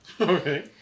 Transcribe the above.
Okay